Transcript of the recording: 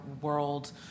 world